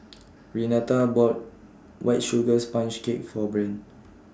Renata bought White Sugar Sponge Cake For Breann